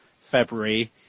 February